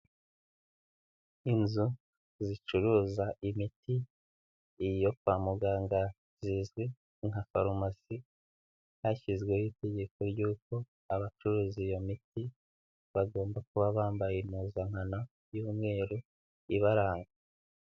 Inzu zicuruza imiti iyo kwa muganga zizwi nka farumasi, hashyizweho itegeko ry'uko abacuruza iyo miti bagomba kuba bambaye impuzankano y'umweru ibaranga.